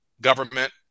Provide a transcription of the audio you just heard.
government